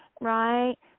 right